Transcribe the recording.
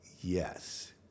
yes